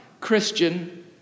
Christian